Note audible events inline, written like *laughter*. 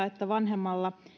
*unintelligible* että vanhemmalla